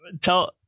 tell